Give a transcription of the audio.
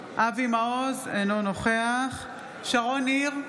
מעוז, אינו נוכח שרון ניר,